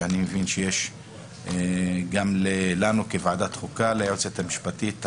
שאני מבין שגם לנו בוועדה וליועצת המשפטית שלנו